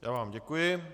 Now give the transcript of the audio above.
Já vám děkuji.